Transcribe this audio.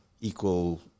equal